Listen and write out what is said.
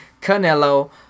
Canelo